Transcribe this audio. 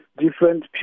different